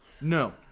no